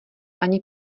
ani